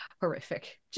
Horrific